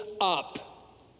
up